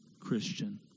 Christian